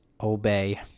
Obey